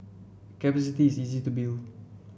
capacity is easy to build